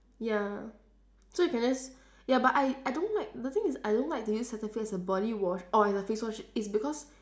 ya so you can just ya but I I don't like the thing is I don't like to use cetaphil as a body wash or as a face wash is because